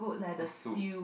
the soup